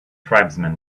tribesmen